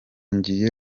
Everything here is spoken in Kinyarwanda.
ngiye